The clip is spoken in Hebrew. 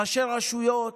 ראשי רשויות,